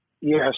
Yes